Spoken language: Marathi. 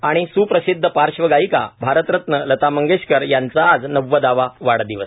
आणि स्प्रसिध्द पार्श्वगायीका भारतरत्न लता मंगेशकर यांचा आज नव्वदावा वाढदिवस